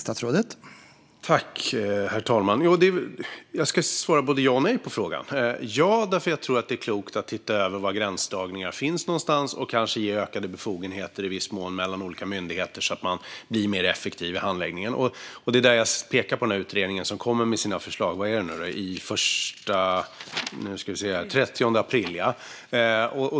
Herr talman! Jag ska svara både ja och nej. Ja - jag tror att det är klokt att titta över var gränsdragningar finns mellan olika myndigheter och kanske i viss mån ge ökade befogenheter, så att man blir effektivare i handläggningen. Jag pekar på utredningen, som kommer med sina förslag den 30 april.